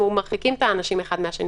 מרחיקים את האנשים אחד מהשני.